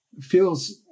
feels